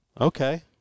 Okay